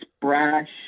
brash